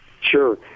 Sure